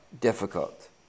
difficult